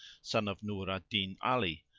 son of nur al-din ali,